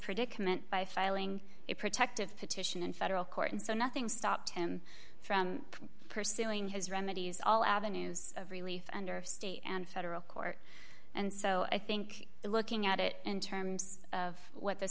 predicament by filing a protective petition in federal court and so nothing stopped him from pursuing his remedies all avenues of relief under state and federal court and so i think looking at it in terms of what the